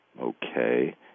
Okay